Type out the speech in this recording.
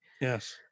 yes